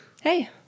Hey